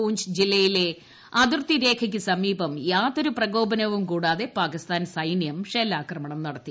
പൂഞ്ച് ജില്ലയിലെ അതിർത്തി രേഖയ്ക്ക് സമീപം യാതൊരു പ്രകോപനവും കൂടാതെ പാകിസ്ഥാൻ സൈനൃം ഷെല്ലാക്രമണം നടത്തി